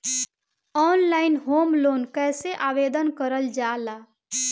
Online home loan कैसे आवेदन करल जा ला?